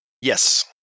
Yes